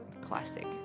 classic